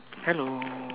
hello